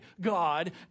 God